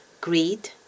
greed